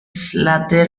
slater